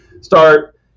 start